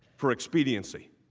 for expediency.